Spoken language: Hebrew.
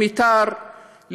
למיתר,